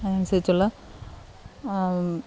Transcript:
അതിന് അനുസരിച്ചുള്ള